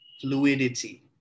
fluidity